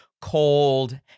cold